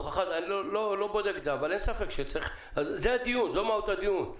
אני לא בודק את זה, אבל זה מהות הדיון.